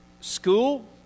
School